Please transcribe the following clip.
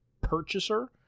purchaser